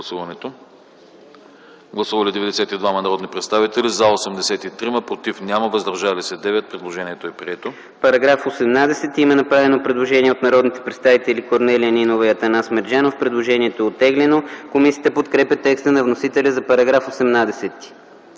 Гласували 92 народни представители: за 83, против няма, въздържали се 9. Предложението е прието. ДОКЛАДИК КРАСИМИР ЦИПОВ: По § 18 има направено предложение от народните представители Корнелия Нинова и Атанас Мерджанов. Предложението е оттеглено. Комисията подкрепя текста на вносителя за § 18.